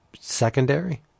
Secondary